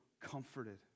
comforted